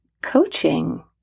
Coaching